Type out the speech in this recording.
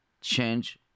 change